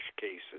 cases